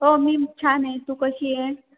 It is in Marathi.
हो मी छान आहे तू कशी